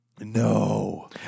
No